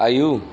आयौ